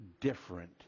different